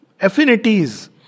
affinities